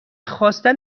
خواستن